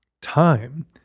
time